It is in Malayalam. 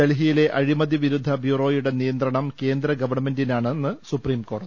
ഡൽഹിയിലെ അഴിമതി വിരുദ്ധ ബ്യൂറോയുടെ നിയന്ത്രണം കേന്ദ്ര ഗവൺമെന്റിനെന്ന് സുപീം കോടതി